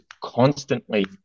constantly